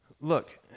look